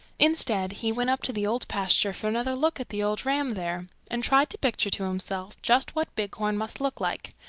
instead he went up to the old pasture for another look at the old ram there and tried to picture to himself just what bighorn must look like.